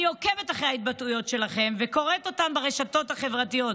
אני עוקבת אחרי ההתבטאויות שלכם וקוראת אותן ברשתות החברתיות,